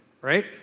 Right